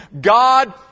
God